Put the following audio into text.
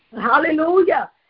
Hallelujah